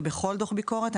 ובכל דוח ביקורת,